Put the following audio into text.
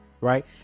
right